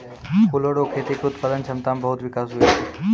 फूलो रो खेती के उत्पादन क्षमता मे बहुत बिकास हुवै छै